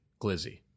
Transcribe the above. glizzy